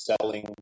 selling